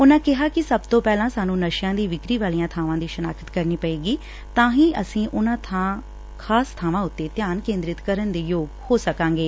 ਉਨੂਾਂ ਕਿਹਾ ਕਿ ਸਭ ਤੋਂ ਪਹਿਲਾਂ ਸਾਨੂੰ ਨਸ਼ਿਆਂ ਦੀ ਵਿਕਰੀ ਵਾਲੀਆਂ ਬਾਵਾਂ ਦੀ ਸ਼ਨਾਖ਼ਤ ਕਰਨੀ ਪਵੇਗੀ ਤਾਂ ਹੀ ਅਸੀ ਉਨੂਾਂ ਖ਼ਾਸ ਬਾਵਾਂ ਉਤੇ ਧਿਆਨ ਕੇਂਦਰਤ ਕਰਨ ਦੇ ਯੋਗ ਹੋ ਸਕਾਂਗੇ